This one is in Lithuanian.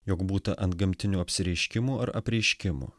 jog būta antgamtinių apsireiškimų ar apreiškimų